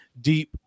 deep